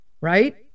Right